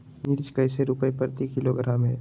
मिर्च कैसे रुपए प्रति किलोग्राम है?